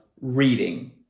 reading